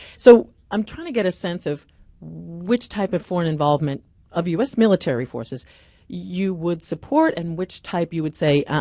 so i'm trying to get a sense of which type of foreign involvement of us military forces you would support and which type you would say, uh-uh,